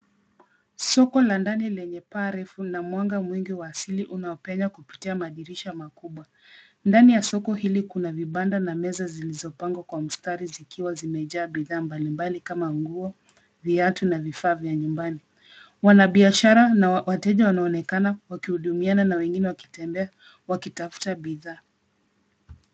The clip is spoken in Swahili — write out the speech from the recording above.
Soko la ndani lenye paa refu na mwanga mwingi wa asili unaopenya kupitia madirisha makubwa, ndani ya soko hili kuna vibanda na meza zilizopangwa kwa mstari zikiwa zimejaa bidhaa mbalimbali kama nguo ,viatu na vifaa vya nyumbani ,wana biashara na wateja wanaonekana wakihudumiana na wengine wakitembea wakitafuta bidhaa.